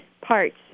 parts